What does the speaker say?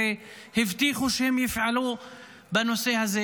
והבטיחו שהם יפעלו בנושא הזה.